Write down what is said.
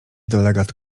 delegat